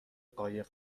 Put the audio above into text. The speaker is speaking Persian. قایق